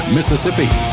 Mississippi